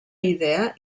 idea